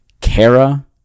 Kara